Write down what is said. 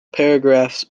paragraphs